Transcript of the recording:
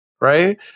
right